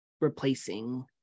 replacing